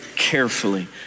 Carefully